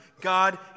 God